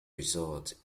results